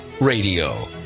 Radio